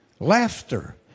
Laughter